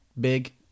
big